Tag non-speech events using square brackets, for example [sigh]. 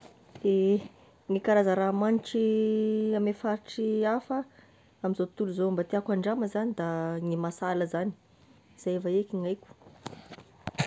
Ehe ny karaza raha magnitry [hesitation] ame faritry hafa amin'izao tontolo izao mba tiàko andrama zagny da ny massala zey ava eky gn'aiko.